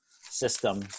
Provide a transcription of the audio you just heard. system